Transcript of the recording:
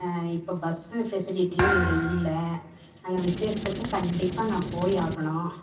இப்போ பஸ் ஃபெசிலிட்டியும் இங்கே இல்லை அங்கே விசேஷத்துக்கு கண்டிப்பாக நான் போய் ஆகணும்